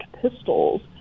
pistols